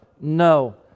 no